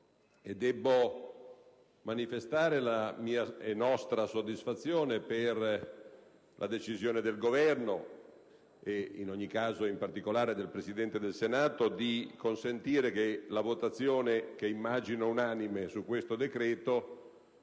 Debbo manifestare la mia e la nostra soddisfazione per la decisione del Governo e, in particolare del Presidente del Senato, di consentire che la votazione, che immagino unanime, su questo decreto